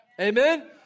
Amen